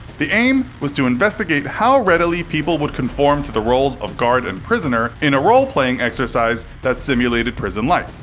the aim was to investigate how readily people would conform to the roles of guard and prisoner in a role-playing exercise that simulated prison life.